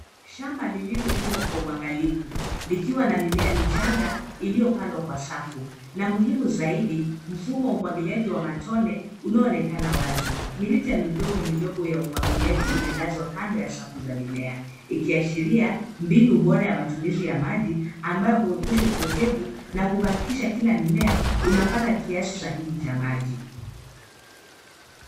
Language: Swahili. Shamba lililolimwa kwa uangalifu likiwa na mimea michanga iliyopandwa kwa safu na muhimu zaidi mfumo wa umwagiliaji wa matone unaonekana wazi. Mirija midogo midogo ya umwagiliaji imelazwa kando ya safu za mimea ikiashiria mbinu bora ya matumizi ya maji ambayo huepusha upotevu na kuhakikisha kila mmea unapata kiasi sahihi cha maji.